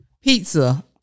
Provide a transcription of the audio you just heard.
Pizza